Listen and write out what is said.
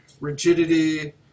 rigidity